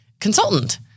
consultant